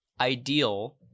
ideal